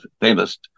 famous